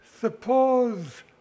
Suppose